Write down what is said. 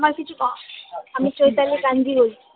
আমার কিছু ক আমি চৈতালি কাঞ্জি বলছি